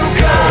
go